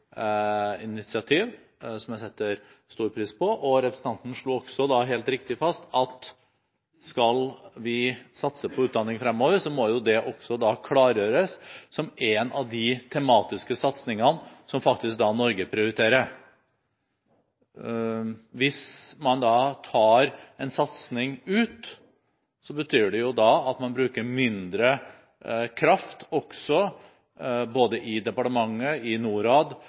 initiativ som jeg setter stor pris på. Representanten slo også helt riktig fast at skal vi satse på utdanning fremover, må det også klargjøres som en av de tematiske satsningene som Norge faktisk prioriterer. Hvis man tar en satsning ut, betyr det at man bruker mindre kraft, både i departementet og i Norad,